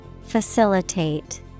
Facilitate